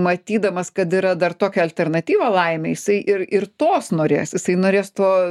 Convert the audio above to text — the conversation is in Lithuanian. matydamas kad yra dar tokia alternatyva laimei jisai ir ir tos norės jisai norės to